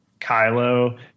Kylo